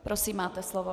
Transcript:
Prosím, máte slovo.